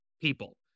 people